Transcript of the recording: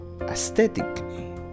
Aesthetically